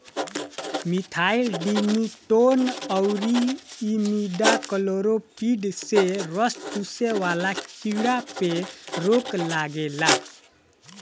methyl demeton अउरी imidacloprid से रस चुसे वाला कीड़ा पे रोक लागेला